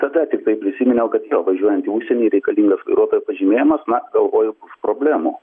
tada tiktai prisiminiau kad jo važiuojant į užsienį reikalingas vairuotojo pažymėjimas na galvoju bus problemų